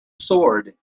sword